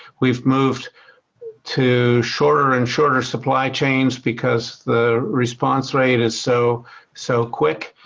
we've moved to shorter and shorter supply chains because the response rate is so so quick.